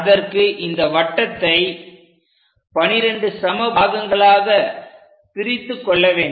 அதற்கு இந்த வட்டத்தை 12 சம பாகங்களாகப் பிரித்துக் கொள்ள வேண்டும்